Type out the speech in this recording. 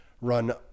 run